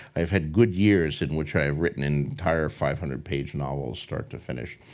i've had good years in which i've written entire five hundred page novels start to finish.